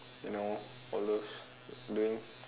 you know all those doing